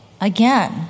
again